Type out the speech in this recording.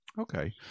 Okay